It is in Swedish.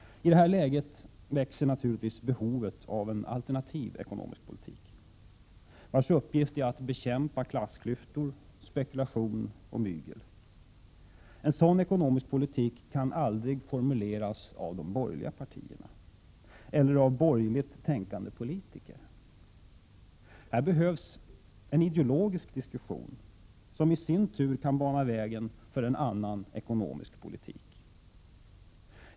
I detta läge växer naturligtvis behovet av en alternativ ekonomisk politik, vars uppgift är att bekämpa klassklyftor, spekulation och mygel. En sådan ekonomisk politik kan aldrig formuleras av de borgerliga partierna eller av borgerligt tänkande politiker. Här behövs en ideologisk diskussion, som i sin tur kan bana vägen för en annan ekonomisk politik.